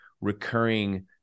recurring